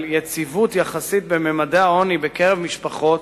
יציבות יחסית בממדי העוני בקרב משפחות,